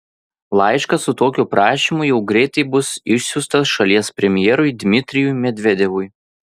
laiškas su tokiu prašymu jau greitai bus išsiųstas šalies premjerui dmitrijui medvedevui